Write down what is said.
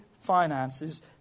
finances